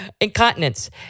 Incontinence